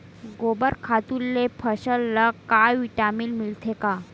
गोबर खातु ले फसल ल का विटामिन मिलथे का?